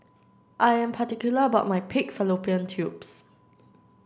I am particular about my pig fallopian tubes